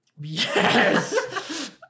Yes